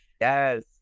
Yes